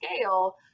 scale